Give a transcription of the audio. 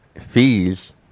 Fees